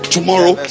tomorrow